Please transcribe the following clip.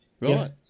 Right